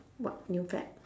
what new fad